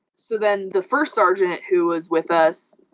so then the first sergeant who was with us,